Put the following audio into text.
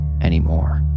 anymore